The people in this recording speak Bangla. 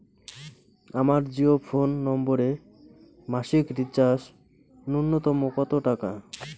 আমার জিও ফোন নম্বরে মাসিক রিচার্জ নূন্যতম কত টাকা?